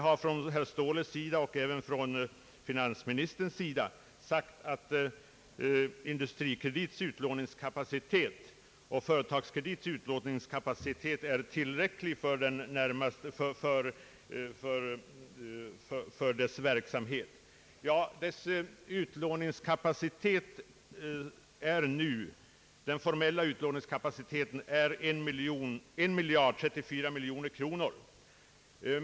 Herr Ståhle och även finansministern har sagt att Industrikredits och Företagskredits utlåningskapacitet är tillräcklig för deras verksamhet. Den formella utlåningskapaciteten är för närvarande 1034 miljoner kronor.